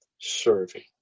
serving